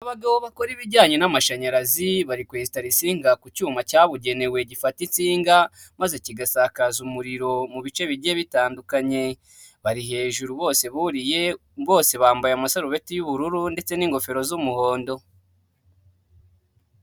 Abagabo bakora ibijyanye n'amashanyarazi bari kwesitara insinga ku cyuma cyabugenewe gifata isinga maze kigasakaza umuriro mu bice bigiye bitandukanye, bari hejuru bose buriye bose bambaye amasarubeti y'ubururu ndetse n'ingofero z'umuhondo.